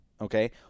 okay